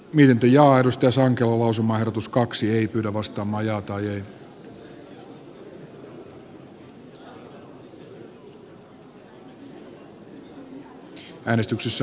myynti ja edustusään ruusumaerotuskaksi ei kyllä lakiehdotukset hylätty